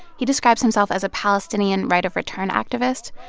he describes himself as a palestinian right-of-return activist.